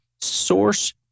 source